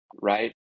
Right